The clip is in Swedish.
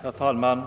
Herr talman!